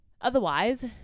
Otherwise